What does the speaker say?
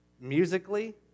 Musically